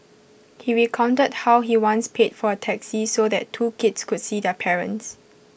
he recounted how he once paid for A taxi so that two kids could see their parents